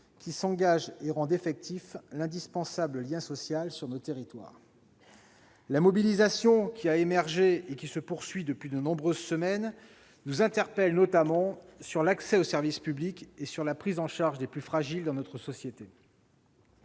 qui s'engagent et rendent effectif l'indispensable lien social sur nos territoires. La mobilisation qui a émergé et qui se poursuit depuis de nombreuses semaines nous amène à nous interroger notamment sur l'accès aux services publics et sur la prise en charge des plus fragiles dans notre société.